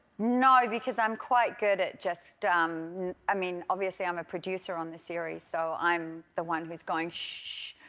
no because i'm quite good at just um i mean, obviously, i'm a producer on the series. so i'm the one who's going shhh, shhh.